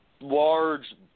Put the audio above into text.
large